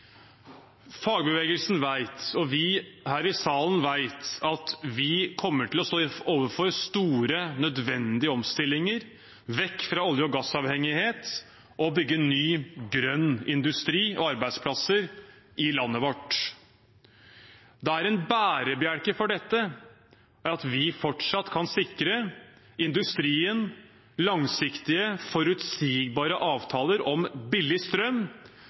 og vi her i salen vet at vi kommer til å stå overfor store nødvendige omstillinger, vekk fra olje- og gassavhengighet, og bygge ny, grønn industri og arbeidsplasser i landet vårt. Da er en bærebjelke for dette at vi fortsatt kan sikre industrien langsiktige, forutsigbare avtaler om billig strøm